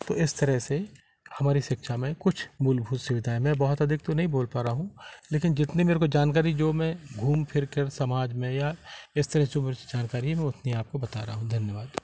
तो इस तरह से हमारी शिक्षा में कुछ मूलभूत सुविधाऍं मैं बहुत अधिक तो नहीं बोल पा रहा हूँ लेकिन जितनी मेरे को जानकारी जो मैं घूम फिर कर समाज में या इस तरह जो जानकारियाँ होती है वह आपको बता रहा हूँ धन्यवाद